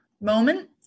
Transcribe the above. moment